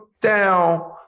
down